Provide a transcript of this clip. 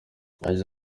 yagize